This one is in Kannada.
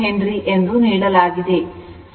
2 Henry ಎಂದು ನೀಡಲಾಗಿದೆ